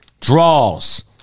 Draws